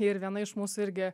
ir viena iš mūsų irgi